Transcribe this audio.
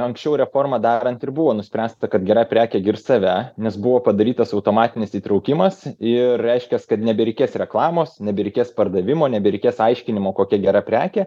anksčiau reformą darant ir buvo nuspręsta kad gera prekė girs save nes buvo padarytas automatinis įtraukimas ir reiškias kad nebereikės reklamos nebereikės pardavimo nebereikės aiškinimo kokia gera prekė